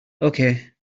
okay